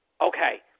okay